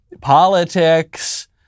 politics